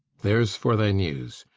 there's for thy news.